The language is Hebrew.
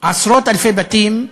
עשרות-אלפי בתים,